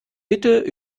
bitte